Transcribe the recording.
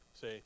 See